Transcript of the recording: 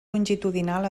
longitudinal